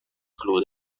club